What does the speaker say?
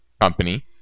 company